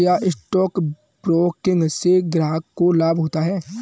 क्या stock broking से ग्राहक को लाभ होता है?